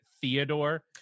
Theodore